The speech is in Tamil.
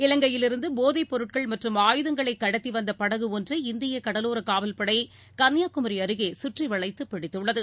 இலங்கையிலிருந்து போதைப் பொருட்கள் மற்றும் ஆயுதங்களை கடத்தி வந்த படகு ஒன்றை இந்திய கடலோர காவல்படை கன்னியாகுமரி அருகே சுற்றிவளைத்துப் பிடித்துள்ளது